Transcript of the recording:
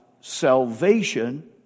salvation